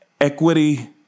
equity